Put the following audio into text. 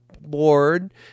board